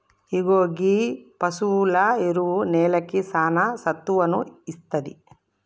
ఇగో గీ పసువుల ఎరువు నేలకి సానా సత్తువను ఇస్తాది